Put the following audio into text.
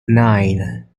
nine